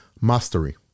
Mastery